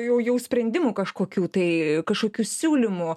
jau jau sprendimų kažkokių tai kažkokių siūlymų